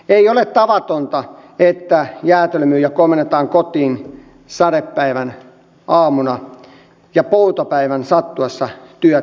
ei ole tavatonta että jäätelömyyjä komennetaan kotiin sadepäivän aamuna ja poutapäivän sattuessa työt jatkuvat